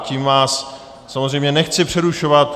Tím vás samozřejmě nechci přerušovat.